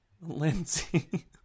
Lindsay